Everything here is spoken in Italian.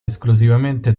esclusivamente